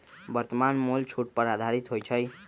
वर्तमान मोल छूट पर आधारित होइ छइ